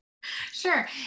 Sure